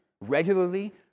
regularly